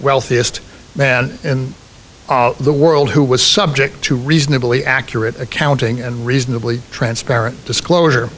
wealthiest men in the world who was subject to reasonably accurate accounting and reasonably transparent disclosure